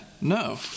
No